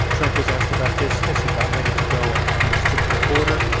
trump was asked about this as he got ready to go on his trip to the border.